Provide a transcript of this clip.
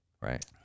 right